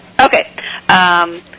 Okay